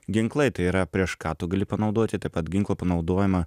ginklai tai yra prieš ką tu gali panaudoti taip pat ginklo panaudojimą